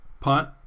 Punt